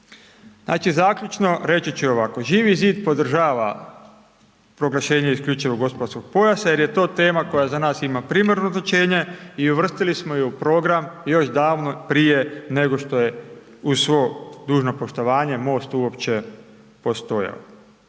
Znači zaključno, reći ću ovako, Živi zid podržava proglašenje isključivog gospodarskog pojasa jer je to tema koja za nas ima primarno značenje i uvrstili smo ju u program još davno prije nego što je u svo dužno poštovanje MOST uopće postojao.